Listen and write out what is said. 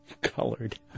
Colored